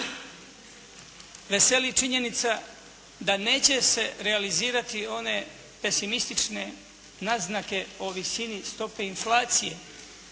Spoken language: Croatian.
veseli činjenica da neće se realizirati one pesimistične naznake o visini stope inflacije.